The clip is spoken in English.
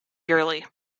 yearly